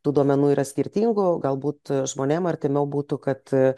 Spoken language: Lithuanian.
tų duomenų yra skirtingų galbūt žmonėm artimiau būtų kad